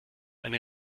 eine